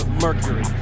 Mercury